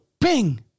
bing